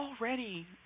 already